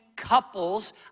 Couples